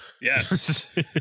Yes